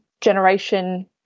generation